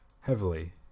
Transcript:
heavily